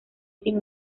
sin